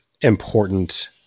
important